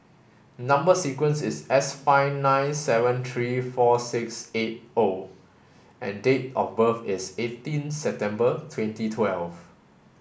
number sequence is S five nine seven three four six eight O and date of birth is eighteen September twenty twelve